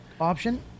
option